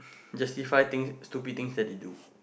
justify thing stupid thing that he do